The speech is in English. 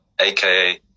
aka